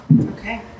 Okay